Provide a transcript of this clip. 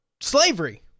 slavery